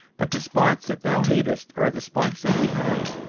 but the spots that thou hatest are the spots that we hide.